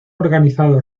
organizado